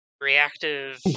reactive